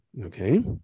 okay